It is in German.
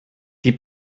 die